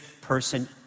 person